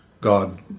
God